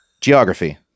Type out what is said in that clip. geography